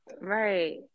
right